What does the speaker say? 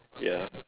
ya